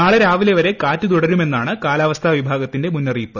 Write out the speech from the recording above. നാളെ രാവിലെ വരെ കാറ്റ് തുടരുമെന്നാണ് കാലാവസ്ഥാ വിഭാഗത്തിന്റെ മുന്നറിയിപ്പ്